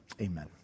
amen